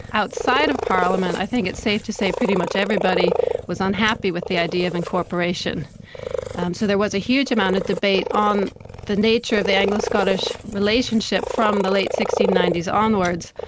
outside of parliament, i think it's safe to say pretty much everybody was unhappy with the idea of incorporation, and so there was a huge amount of debate on the nature of the anglo-scottish relationship from the late sixteen ninety s onwards,